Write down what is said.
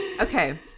okay